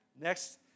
Next